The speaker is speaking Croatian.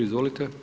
Izvolite.